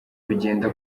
bigenda